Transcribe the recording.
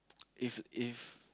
if if